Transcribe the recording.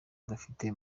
badafite